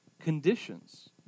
conditions